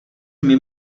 nimi